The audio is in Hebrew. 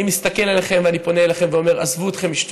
אני מסתכל עליכם ואני פונה אליכם ואומר: עזבו אתכם משטויות.